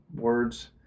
words